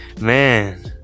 man